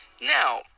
Now